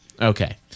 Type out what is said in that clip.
Okay